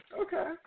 Okay